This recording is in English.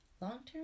long-term